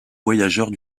voyageurs